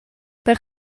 per